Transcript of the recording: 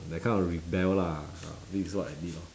that kind of rebel lah ah this is what I did lor